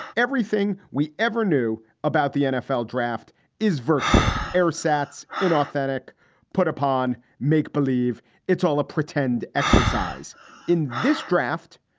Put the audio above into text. everything we ever knew about the nfl draft is virtual air psats. an authentic put-upon make believe it's all a pretend exercise in this draft.